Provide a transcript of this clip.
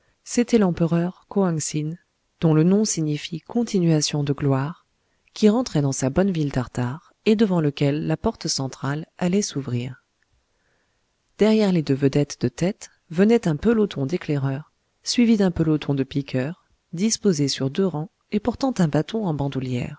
c'était l'empereur koang sin dont le nom signifie continuation de gloire qui rentrait dans sa bonne ville tartare et devant lequel la porte centrale allait s'ouvrir derrière les deux vedettes de tête venait un peloton d'éclaireurs suivi d'un peloton de piqueurs disposés sur deux rangs et portant un bâton en bandoulière